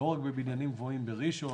לא רק בבניינים גבוהים בראשון,